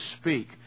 speak